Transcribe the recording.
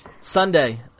sunday